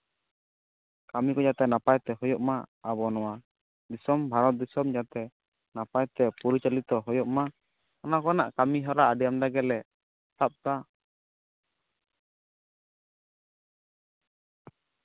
ᱠᱟᱹᱢᱤ ᱠᱚ ᱡᱟᱛᱮ ᱱᱟᱯᱟᱭ ᱛᱮ ᱦᱩᱭᱩᱜ ᱢᱟ ᱟᱵᱚ ᱱᱟᱣᱟ ᱫᱤᱥᱚᱢ ᱵᱷᱟᱨᱚᱛ ᱫᱤᱥᱚᱢ ᱡᱟᱛᱮ ᱱᱟᱯᱟᱭ ᱛᱮ ᱯᱚᱨᱤᱪᱟᱞᱤᱛᱚ ᱦᱩᱭᱩᱜ ᱢᱟ ᱚᱱᱟ ᱠᱚᱨᱮᱱᱟᱜ ᱠᱟᱹᱢᱤᱦᱚᱨᱟ ᱟᱹᱰᱤ ᱟᱢᱫᱟ ᱜᱮᱞᱮ ᱥᱟᱵ ᱮᱫᱟ